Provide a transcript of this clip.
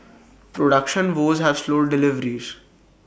production woes have slowed deliveries